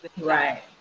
right